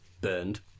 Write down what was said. burned